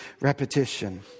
repetition